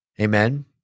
Amen